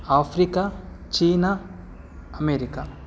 Africa China America